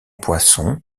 poissons